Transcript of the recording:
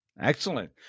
Excellent